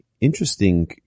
interesting